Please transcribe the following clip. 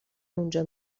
اونجا